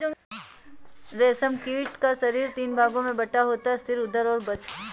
रेशम कीट का शरीर तीन भागों में बटा होता है सिर, उदर और वक्ष